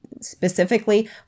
specifically